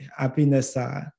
happiness